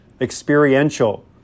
experiential